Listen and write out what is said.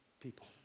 People